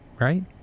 right